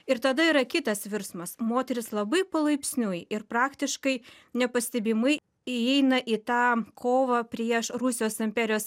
ir tada yra kitas virsmas moterys labai palaipsniui ir praktiškai nepastebimai įeina į tą kovą prieš rusijos imperijos